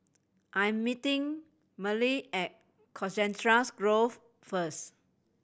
I am meeting Merle at Colchester Grove first